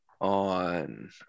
on